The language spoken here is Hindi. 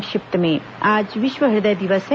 संक्षिप्त समाचार आज विश्व हृदय दिवस है